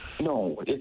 No